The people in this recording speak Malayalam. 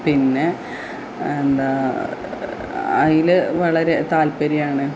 പിന്നെ എന്താണ് അതില് വളരെ താൽപര്യമാണ്